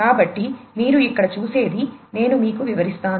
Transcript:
కాబట్టి మీరు ఇక్కడ చూసేది నేను మీకు వివరిస్తాను